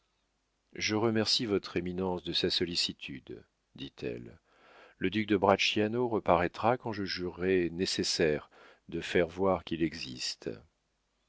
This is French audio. je remercie votre éminence de sa sollicitude dit-elle le duc de bracciano reparaîtra quand je jugerai nécessaire de faire voir qu'il existe